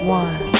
one